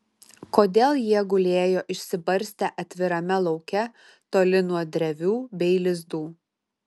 kodėl jie gulėjo išsibarstę atvirame lauke toli nuo drevių bei lizdų